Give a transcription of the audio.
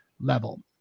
level